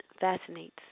fascinates